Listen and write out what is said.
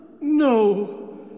No